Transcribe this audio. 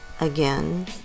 again